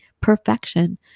perfection